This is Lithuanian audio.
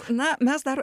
na mes dar